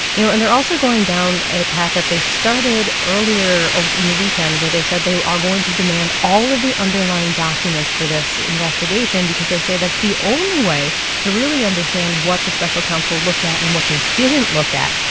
you know? and they're also going down a path that they started earlier ah in the weekend where they said they are going to demand all of the underlying documents for this investigation because they say that's the only way to really understand what the special counsel looked at and what they didn't look at.